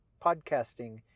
podcasting